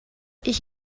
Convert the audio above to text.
ich